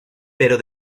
pero